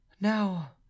Now